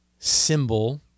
Symbol